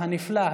הנפלא,